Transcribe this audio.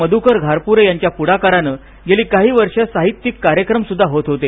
मधुकर घारपुरे यांच्या पुढाकारान गेली काही वर्षे साहित्यिक कार्यक्रमही होत होते